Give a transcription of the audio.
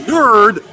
Nerd